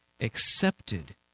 accepted